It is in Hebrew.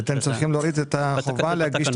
אתם צריכים להוריד את החובה להגיש את